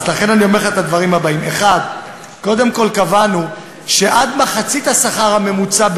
לכן אני אומר לך את הדברים הבאים: 1. קודם כול קבענו שעד מחצית השכר הממוצע,